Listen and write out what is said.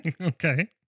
Okay